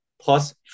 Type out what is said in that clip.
plus